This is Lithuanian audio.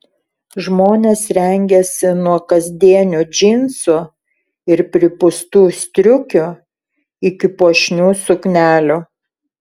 žmonės rengėsi nuo kasdienių džinsų ir pripūstų striukių iki puošnių suknelių